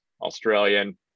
Australian